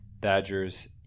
Dodgers